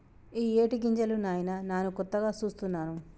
ఇయ్యేటి గింజలు నాయిన నాను కొత్తగా సూస్తున్నాను